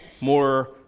more